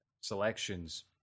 selections